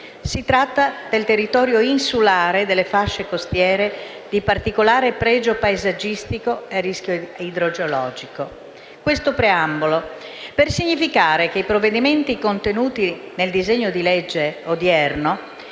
Si tratta del territorio insulare delle fasce costiere di particolare pregio paesaggistico a rischio idrogeologico. Questo preambolo vuole significare che i provvedimenti contenuti nel disegno di legge odierno